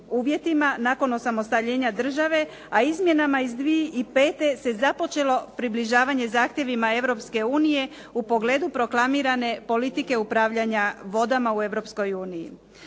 nakon osamostaljenja države, a izmjenama iz 2005. se započelo približavanje zahtjevima Europske unije u pogledu proklamirane politike upravljanja vodama u